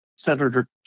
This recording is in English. Senator